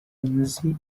nzi